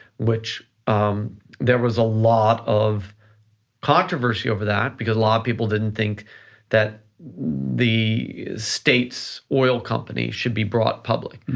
which there was a lot of controversy over that, because a lot of people didn't think that the state's oil company should be brought public,